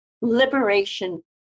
liberation